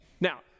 Now